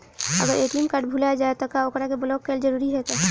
अगर ATM card भूला जाए त का ओकरा के बलौक कैल जरूरी है का?